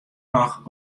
noch